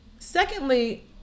Secondly